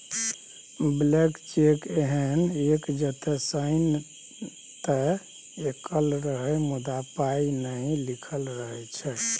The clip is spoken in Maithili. ब्लैंक चैक एहन चैक जतय साइन तए कएल रहय मुदा पाइ नहि लिखल रहै छै